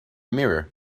mirror